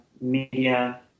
media